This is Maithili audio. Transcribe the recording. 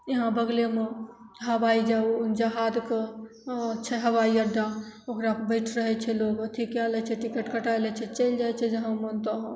यहाँ बगलेमे हवाइ जहाजके छै हवाइ अड्डा ओकरापर बैठि रहै छै लोक अथी कै लै छै टिकट कटै लै छै चलि जाइ छै जहाँ मोन तहाँ